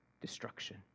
destruction